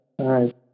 right